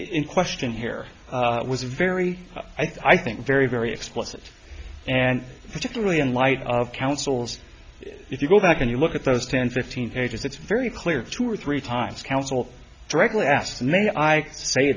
in question here was a very i think very very explicit and and really in light of counsel's if you go back and you look at those ten fifteen pages it's very clear two or three times counsel directly asked may i say